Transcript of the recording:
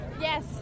Yes